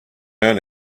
own